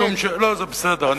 לא, זה בסדר.